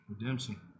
Redemption